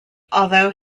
although